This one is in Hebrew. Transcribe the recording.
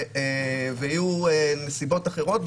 יהיו נסיבות אחרות,